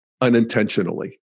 unintentionally